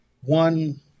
one